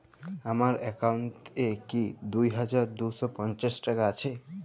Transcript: আমার অ্যাকাউন্ট এ কি দুই হাজার দুই শ পঞ্চাশ টাকা আছে?